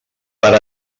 per